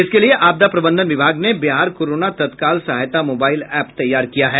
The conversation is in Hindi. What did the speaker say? इसके लिये आपदा प्रबंधन विभाग ने बिहार कोरोना तत्काल सहायता मोबाईल एप्प तैयार किया है